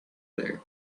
there